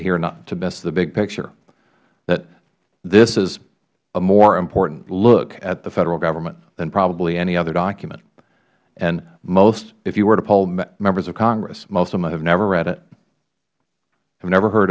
miss the big picture that this is a more important look at the federal government than probably any other document and if you were to poll members of congress most of them have never read it have never heard